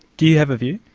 do you have a view?